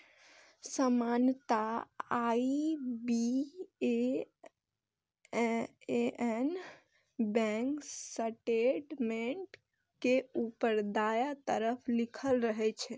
सामान्यतः IBAN bank statement के ऊपर दायां तरफ लिखल रहै छै